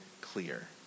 clear